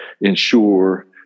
ensure